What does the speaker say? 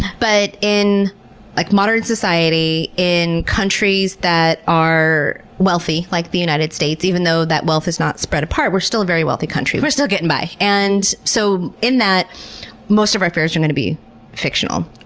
but in like modern society, in countries that are wealthy like the united states even though that wealth is not spread apart, we're still a very wealthy country, we're still getting by. and so, in that most of our fears are going to be fictional.